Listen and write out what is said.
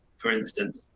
for instance,